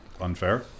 unfair